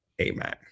Amen